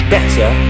Better